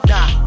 Nah